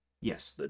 Yes